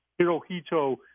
hirohito